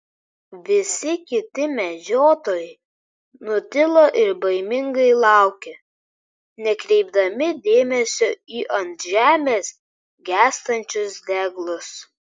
visi kiti medžiotojai nutilo ir baimingai laukė nekreipdami dėmesio į ant žemės gęstančius deglus